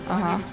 (uh huh)